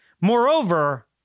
Moreover